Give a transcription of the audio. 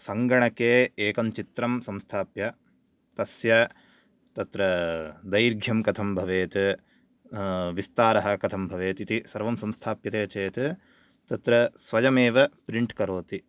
सङ्गणके एकं चित्रं संस्थाप्य तस्य तत्र दैर्घ्यं कथं भवेत् विस्तारः कथं भवेत् इति सर्वं संस्थाप्यते चेत् तत्र स्वयमेव प्रिण्ट् करोति